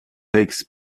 takes